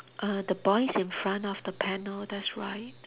err the boy is in front of the panel that's right